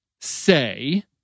say